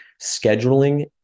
scheduling